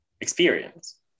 experience